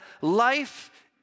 life